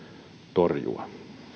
torjua